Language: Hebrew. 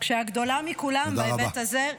כשהגדולה מכולן בהיבט הזה -- תודה רבה.